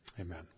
amen